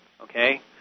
Okay